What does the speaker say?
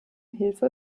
hilfe